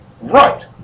right